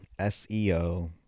SEO